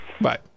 Bye